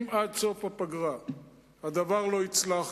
אם עד סוף הפגרה הדבר לא יצלח,